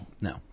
No